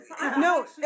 no